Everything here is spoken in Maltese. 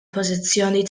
pożizzjoni